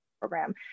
program